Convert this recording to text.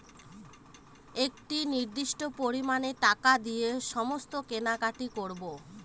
একটি নির্দিষ্ট পরিমানে টাকা দিয়ে সমস্ত কেনাকাটি করবো